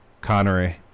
Connery